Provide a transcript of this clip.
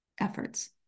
efforts